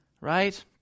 Right